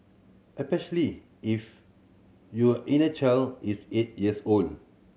especially if your inner child is eight years old